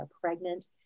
pregnant